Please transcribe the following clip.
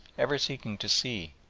ever seeking to see,